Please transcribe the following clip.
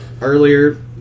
earlier